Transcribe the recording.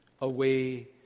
away